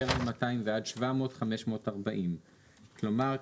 יותר מ-200 ועד 700 זה 540. כלומר,